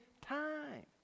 time